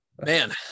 man